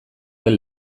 den